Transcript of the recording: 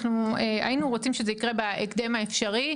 אנחנו היינו רוצים שזה יקרה בהקדם האפשרי,